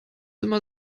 immer